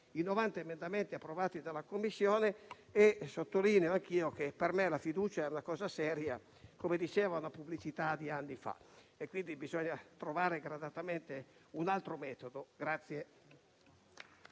i 90 emendamenti approvati dalla Commissione. Sottolineo anch'io che per me la fiducia è una cosa seria, come diceva una pubblicità di anni fa. Bisogna quindi trovare, gradatamente, un altro metodo.